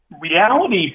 reality